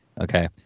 okay